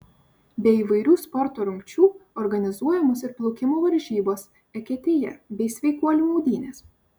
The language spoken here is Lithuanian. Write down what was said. be įvairių sporto rungčių organizuojamos ir plaukimo varžybos eketėje bei sveikuolių maudynės